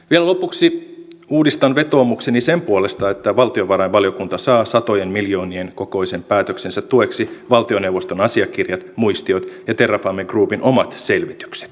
vielä lopuksi uudistan vetoomukseni sen puolesta että valtiovarainvaliokunta saa satojen miljoonien kokoisen päätöksensä tueksi valtioneuvoston asiakirjat muistiot ja terrafame groupin omat selvitykset